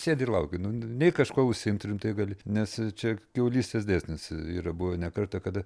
sėdi ir lauki nu nei kažkuo užsiimt rimtai gali nes čia kiaulystės dėsnis yra buvę ne kartą kada